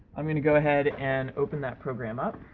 i'm going to go ahead and open that program up.